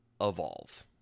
Evolve